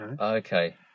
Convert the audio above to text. okay